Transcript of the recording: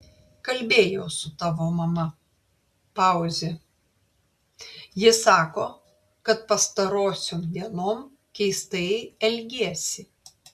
kalbėjau su tavo mama pauzė ji sako kad pastarosiom dienom keistai elgiesi